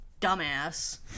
dumbass